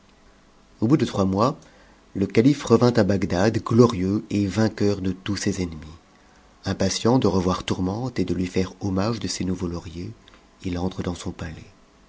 au bout de trois mois le calife revint à bagdad glorieux et vainqueur de tous ses ennemis impatient de revoir tourmente et de lui faire hommage de ses nouveaux lauriers il entre dans son palais